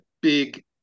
big